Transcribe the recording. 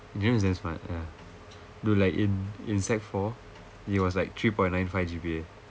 deniro is damn smart ya dude like in in sec four he was like three point nine five G_P_A